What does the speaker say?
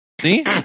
See